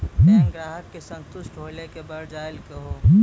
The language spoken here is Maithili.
बैंक ग्राहक के संतुष्ट होयिल के बढ़ जायल कहो?